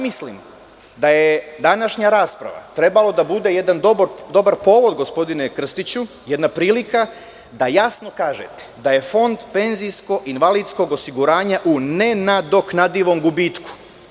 Mislim da je današnja rasprava trebalo da bude jedan dobar povod, gospodine Krstiću, jedna prilika da jasno kažeteda je Fond penzijsko invalidskog osiguranja u nenadoknadivom gubitku.